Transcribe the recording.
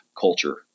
culture